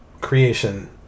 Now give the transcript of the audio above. creation